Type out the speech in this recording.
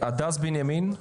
הדס בנימין?